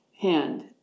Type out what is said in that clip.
hand